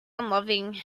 unloving